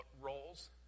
roles